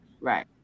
Right